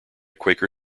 quaker